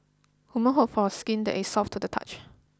women hope for skin that is soft to the touch